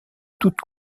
toute